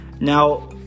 now